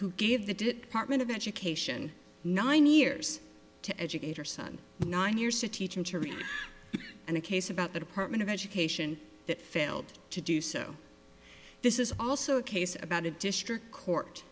who gave the did apartment of education nine years to educate her son nine years to teach him to read and a case about the department of education that failed to do so this is also a case about a district court